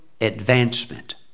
advancement